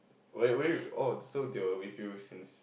where where you oh so they were with you since